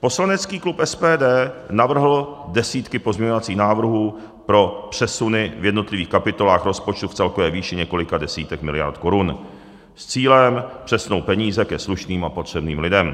poslanecký klub SPD navrhl desítky pozměňovacích návrhů pro přesuny v jednotlivých kapitolách rozpočtu v celkové výši několika desítek miliard korun s cílem přesunout peníze ke slušným a potřebným lidem.